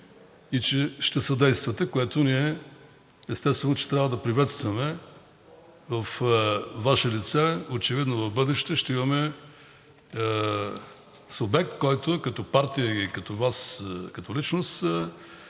и че ще съдействате, което ние, естествено, трябва да приветстваме. Във Ваше лице очевидно в бъдеще ще имаме субекти – като партия и Вас като личност,